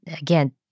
Again